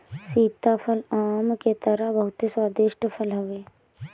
सीताफल आम के तरह बहुते स्वादिष्ट फल हवे